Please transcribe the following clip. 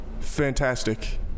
Fantastic